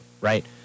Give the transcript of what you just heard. right